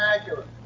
accurate